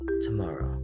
tomorrow